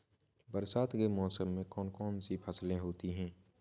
बरसात के मौसम में कौन कौन सी फसलें होती हैं?